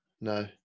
No